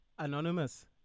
Anonymous